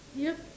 yup